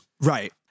Right